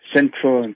Central